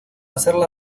hacerla